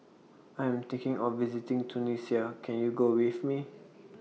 I'm thinking of visiting Tunisia Can YOU Go with Me